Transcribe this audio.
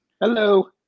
hello